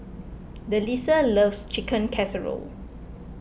Delisa loves Chicken Casserole